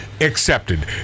accepted